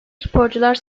sporcular